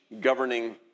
governing